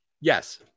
yes